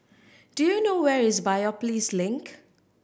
do you know where is Biopolis Link